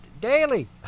daily